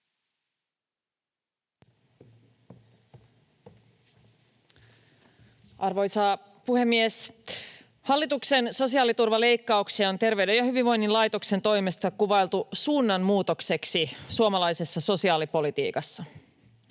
Arvoisa puhemies! Hallituksen sosiaaliturvaleikkauksia on Terveyden ja hyvinvoinnin laitoksen toimesta kuvailtu suunnanmuutokseksi suomalaisessa sosiaalipolitiikassa,